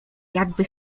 jakby